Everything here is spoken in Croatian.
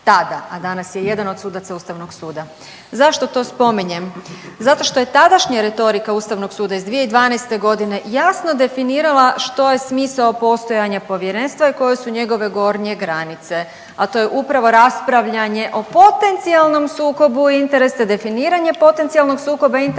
a danas je jedan od sudaca Ustavnog suda. Zašto to spominjem? Zato što je tadašnja retorika Ustavnog suda iz 2012. g. jasno definirala što je smisao postojanja Povjerenstva i koje su njegove gornje granice, a to je upravo raspravljanje o potencijalnom sukobu interesa, definiranje potencijalnog sukoba interesa